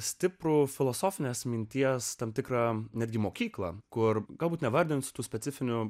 stiprų filosofinės minties tam tikrą netgi mokyklą kur galbūt nevardins tų specifinių